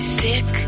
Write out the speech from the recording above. sick